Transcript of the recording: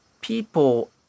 people